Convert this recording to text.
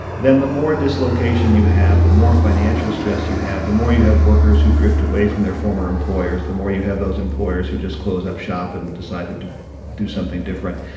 then the more dislocation you have, the more financial stress you have, the more you have workers who drift away from their former employers, the more you have those employers who just close up shop and decide to do something different.